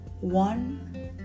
one